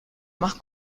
más